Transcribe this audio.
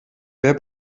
wer